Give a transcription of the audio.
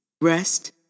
rest